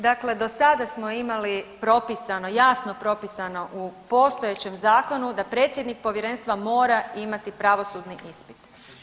Dakle, do sada smo imali propisano jasno, propisano u postojećem zakonu da predsjednik povjerenstva mora imati pravosudni ispit.